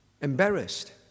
embarrassed